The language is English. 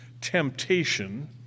temptation